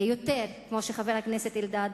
יותר, כפי שחבר הכנסת אלדד